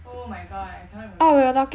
oh my god I cannot remember